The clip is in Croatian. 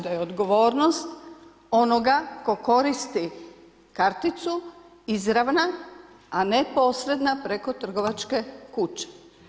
Da je odgovornost onoga tko koristi karticu izravna, a ne posredna preko trgovačke kuće.